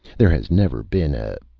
there has never been a.